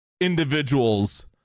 individuals